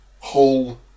Hull